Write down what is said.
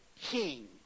king